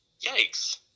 Yikes